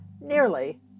nearly